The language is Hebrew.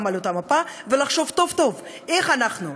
על אותה מפה ולחשוב טוב טוב איך אנחנו,